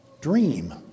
dream